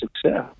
success